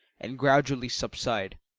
and gradually subside,